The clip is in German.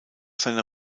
seiner